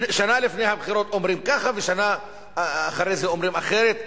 שנה לפני הבחירות אומרים ככה ושנה אחרי זה אומרים אחרת.